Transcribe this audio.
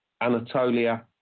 Anatolia